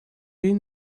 been